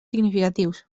significatius